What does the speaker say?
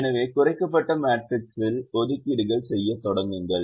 எனவே குறைக்கப்பட்ட மேட்ரிக்ஸில் ஒதுக்கீடுகள் செய்யத் தொடங்குங்கள்